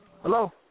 Hello